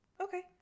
Okay